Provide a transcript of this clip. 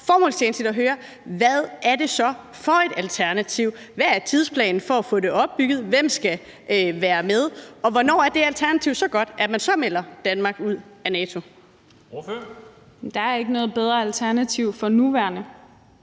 Hvad er det så for et alternativ, hvad er tidsplanen for at få det opbygget, hvem skal være med, og hvornår er det alternativ så godt, at man så melder Danmark ud af NATO? Kl. 15:11 Formanden : Ordføreren.